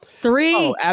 three